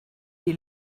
die